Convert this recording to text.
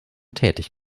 tätig